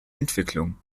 entwicklung